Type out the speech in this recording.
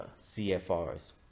CFRs